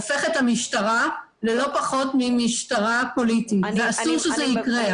הופך את המשטרה ללא פחות ממשטרה פוליטית ואסור שזה יקרה.